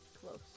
Close